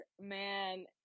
man